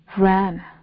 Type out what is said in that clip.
ran